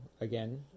again